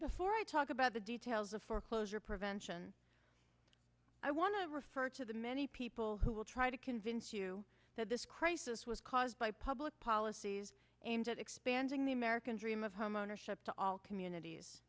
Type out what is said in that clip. before i talk about the details of foreclosure prevention i want to refer to the many people who will try to convince you that this crisis was caused by public policies aimed at expanding the american dream of homeownership to all communities